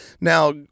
Now